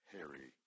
Harry